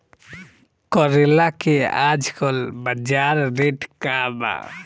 करेला के आजकल बजार रेट का बा?